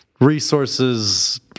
resources